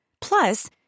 Plus